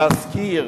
מזכיר